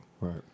right